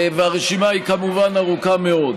והרשימה היא, כמובן, ארוכה מאוד.